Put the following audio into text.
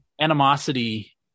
animosity